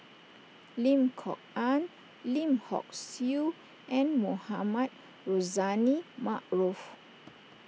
Lim Kok Ann Lim Hock Siew and Mohamed Rozani Maarof